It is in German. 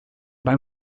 beim